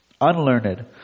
unlearned